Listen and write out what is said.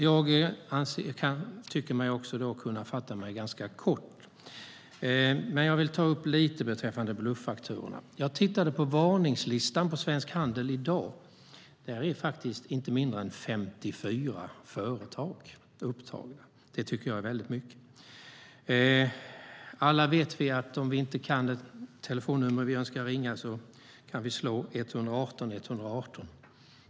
Jag tycker mig också kunna fatta mig ganska kort. Jag vill dock ta upp lite beträffande bluffakturorna. Jag tittade på varningslistan hos Svensk Handel i dag. Där är faktiskt inte mindre än 54 företag upptagna. Det tycker jag är väldigt mycket. Alla vet att om vi inte kan ett telefonnummer som vi önskar ringa kan vi slå 118 118.